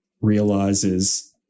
realizes